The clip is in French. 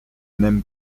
n’aime